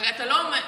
עוד פעם,